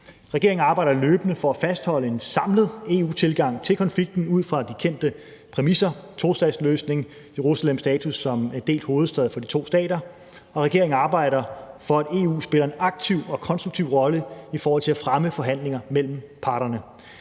Regeringen arbejder løbende for at fastholde en samlet EU-tilgang til konflikten ud fra de kendte præmisser, tostatsløsning, Jerusalems status som delt hovedstad for de to stater, og regeringen arbejder for, at EU spiller en aktiv og konstruktiv rolle i forhold til at fremme forhandlinger mellem parterne.